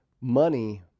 money